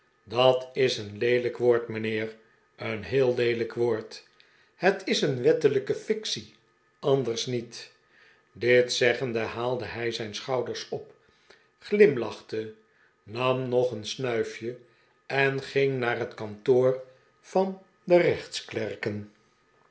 dat is een leelijk woord mijnheer een heel leelijk woord het is een wettelijke fictie anders niet dit zeggende haalde hij zijn schouders op glimlachte ham nog een snuifje en ging naar het kantoor van de